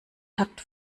takt